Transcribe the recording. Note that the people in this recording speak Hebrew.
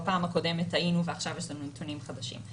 בפעם הקודמת טעינו ועכשיו יש לנו נתונים חדשים.